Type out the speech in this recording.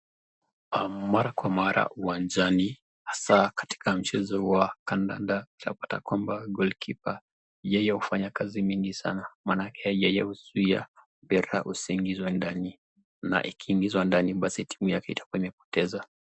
Mara kwa mara uwanjani hasaa katika mchezo wa kandanda utapata kwamba goalkeeper yeye hufanya kazi mingi sana maanake huzuia mpira usiingizwe ndani na ikiingizwa basi timu yake itakua imepoteza.